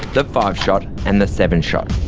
the five shot and the seven shot.